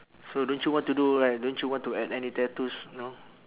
so don't you want to do like don't you want to add any tattoos know